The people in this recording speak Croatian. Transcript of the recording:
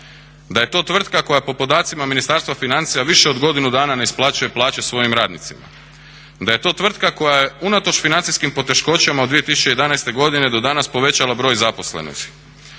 Da je to tvrtka koja je po podacima Ministarstva financija više od godinu dana ne isplaćuje plaće svojim radnicima. Da je to tvrtka koja je unatoč financijskim poteškoćama od 2011. godine do danas povećala broj zaposlenih,